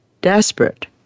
desperate